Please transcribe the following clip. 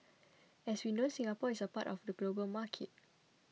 as we know Singapore is part of the global market